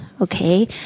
Okay